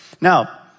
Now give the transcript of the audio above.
Now